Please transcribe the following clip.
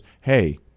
hey